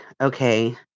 okay